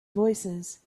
voicesand